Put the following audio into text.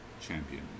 champion